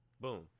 Boom